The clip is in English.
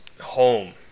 home